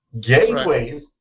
gateways